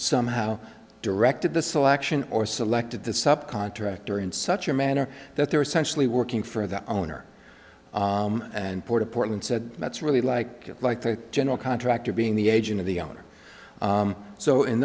somehow directed the selection or selected the sub contractor in such a manner that they're essentially working for the owner and port of portland said that's really like like the general contractor being the agent of the owner so in